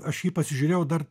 aš jį pasižiūrėjau dar